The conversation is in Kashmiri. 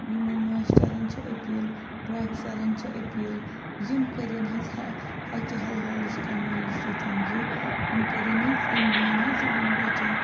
یِمَن ماسٹَرَن چھِ أپیٖل پرٛافیسَرَن چھِ أپیٖل یِم کٔرِنۍ حظ ہہ حکہِ حلحالٕچ کَمٲیی سۭتۍ یہِ یِم کٔرِنۍ حظ یِم دِیِن حظ یِمَن بَچَن